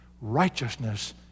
Righteousness